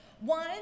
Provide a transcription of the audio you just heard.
One